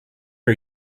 are